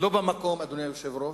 לא במקום, אדוני היושב-ראש,